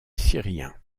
syriens